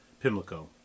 Pimlico